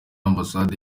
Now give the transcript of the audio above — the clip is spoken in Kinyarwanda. ambasade